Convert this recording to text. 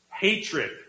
hatred